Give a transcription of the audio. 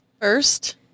first